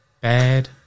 Bad